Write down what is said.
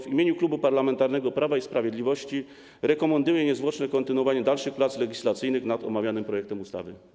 W imieniu Klubu Parlamentarnego Prawo i Sprawiedliwość rekomenduję niezwłoczne kontynuowanie prac legislacyjnych nad omawianym projektem ustawy.